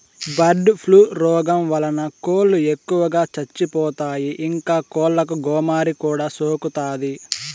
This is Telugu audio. బర్డ్ ఫ్లూ రోగం వలన కోళ్ళు ఎక్కువగా చచ్చిపోతాయి, ఇంకా కోళ్ళకు గోమారి కూడా సోకుతాది